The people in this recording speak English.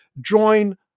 join